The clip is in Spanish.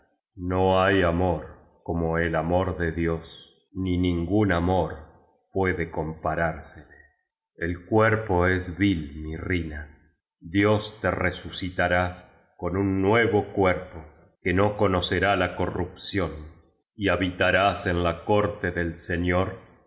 no hay amor como el amor de dios ni ningún amor puede comparársele el cuerpo es vil mirrina dios te resucitará con un nueva cuerpo que no conocerá la corrupción y habitarás en la corte del señor